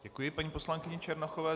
Děkuji paní poslankyni Černochové.